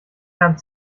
herrn